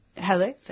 Hello